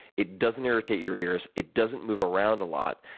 it doesn't irritate your ears. it doesn't move around a lot.